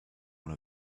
one